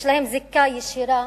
יש להן זיקה ישירה